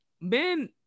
men